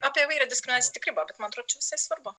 apie įvairią diskriminaciją tikrai buvo bet man atrodo čia visai svarbu